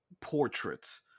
portraits